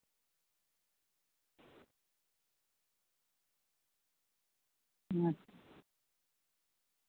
ᱟᱪᱪᱷᱟ